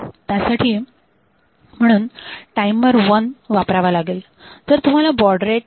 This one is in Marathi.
त्यासाठी म्हणून टायमर वन वापरावा लागेल